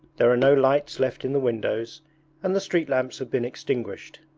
there are no lights left in the windows and the street lamps have been extinguished.